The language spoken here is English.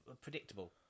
predictable